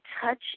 touch